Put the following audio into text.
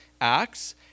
Acts